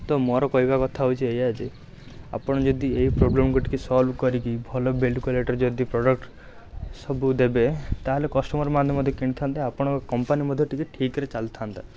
ତ ମୋର କହିବା କଥା ହେଉଛି ଏଇଆ ଯେ ଆପଣ ଯଦି ଏହି ପ୍ରୋବ୍ଲେମ୍କୁ ଟିକିଏ ସଲଭ୍ କରିକି ଭଲ ବିଲ୍ଟ୍ କ୍ୱାଲିଟିର ଯଦି ପ୍ରଡ଼କ୍ଟ୍ ସବୁ ଦେବେ ତାହେଲେ କଷ୍ଟମର୍ ମାନେ ମଧ୍ୟ କିଣିଥାଆନ୍ତେ ଆପଣଙ୍କ କମ୍ପାନୀ ମଧ୍ୟ ଟିକିଏ ଠିକ୍ରେ ଚାଲିଥାଆନ୍ତା